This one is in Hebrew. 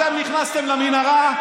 אתם נכנסתם למנהרה,